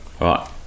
right